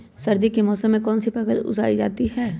सर्दी के मौसम में कौन सी फसल उगाई जाती है?